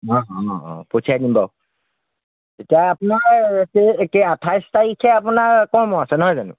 অঁ অঁ অঁ পঠিয়াই দিম বাৰু এতিয়া আপোনাৰ এই কেই আঠাইছ তাৰিখে আপোনাৰ কৰ্ম আছে নহয় জানো